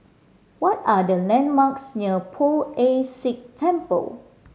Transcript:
what are the landmarks near Poh Ern Shih Temple